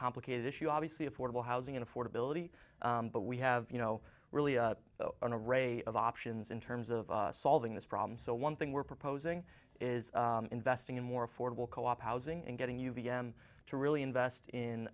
complicated issue obviously affordable housing affordability but we have you know really a ray of options in terms of solving this problem so one thing we're proposing is investing in more affordable co op housing and getting you b m to really invest in